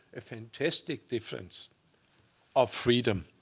a fantastic difference of freedom.